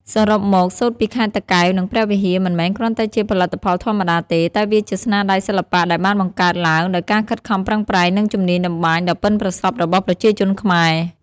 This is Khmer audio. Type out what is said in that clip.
សរុបមក សូត្រពីខេត្តតាកែវ និងព្រះវិហារ មិនមែនគ្រាន់តែជាផលិតផលធម្មតាទេ តែវាជាស្នាដៃសិល្បៈដែលបានបង្កើតឡើងដោយការខិតខំប្រឹងប្រែង និងជំនាញតម្បាញដ៏ប៉ិនប្រសប់របស់ប្រជាជនខ្មែរ។